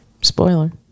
Spoiler